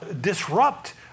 disrupt